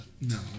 No